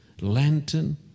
lantern